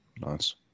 Nice